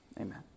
amen